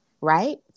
right